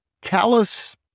callous